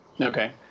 Okay